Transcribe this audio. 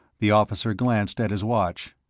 the officer glanced at his watch.